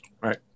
Right